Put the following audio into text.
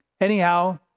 Anyhow